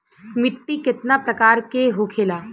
मिट्टी कितना प्रकार के होखेला?